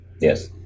Yes